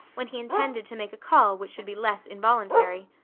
when he intended to make a call which should be less involuntary.